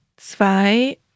zwei